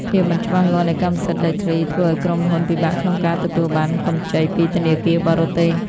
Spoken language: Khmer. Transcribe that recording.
ភាពមិនច្បាស់លាស់នៃកម្មសិទ្ធិដីធ្លី ធ្វើឱ្យក្រុមហ៊ុនពិបាកក្នុងការទទួលបានកម្ចីពីធនាគារបរទេស។